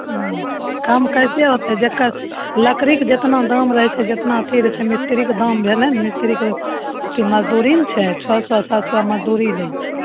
हूँ कम कैसे होतै जेक्कर लकड़ी के जेतना दाम रहै छै जेतना अथी रहै छै मिस्त्रीके दाम भेलै ने मिस्त्रीके मजदूरी छै छओ सए सात सए मजदूरी लै छै